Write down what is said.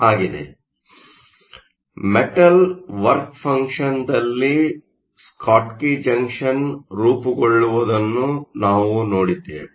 ಆದ್ದರಿಂದ metal work ಫಂಕ್ಷನ್ನಲ್ಲಿ Schottky junction ರೂಪುಗೊಳ್ಳುವುದನ್ನು ನಾವು ನೋಡಿದ್ದೇವೆ